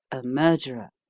a murderer.